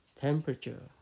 temperature